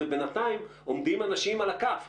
ובינתיים עומדים אנשים על הכף,